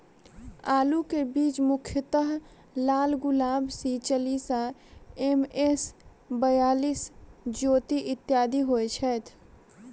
आलु केँ बीज मुख्यतः लालगुलाब, सी चालीस, एम.एस बयालिस, ज्योति, इत्यादि होए छैथ?